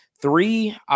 Three